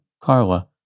Carla